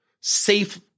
safe